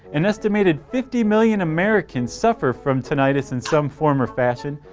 an estimated fifty million americans suffer from tinnitus in some form or fashion.